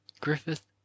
Griffith